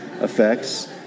effects